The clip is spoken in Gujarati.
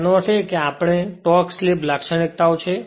તેથી તેનો અર્થ એ કે આગળ ટોર્ક સ્લિપ લાક્ષણિકતાઓ છે